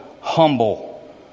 humble